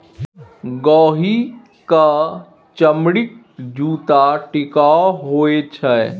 गोहि क चमड़ीक जूत्ता टिकाउ होए छै